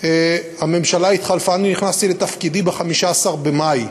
הממשלה התחלפה, אני נכנסתי לתפקידי ב-15 במאי.